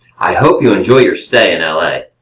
i hope you enjoy your stay in l a.